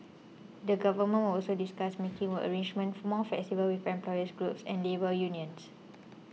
the Government will also discuss making work arrangements more flexible with employer groups and labour unions